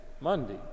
Monday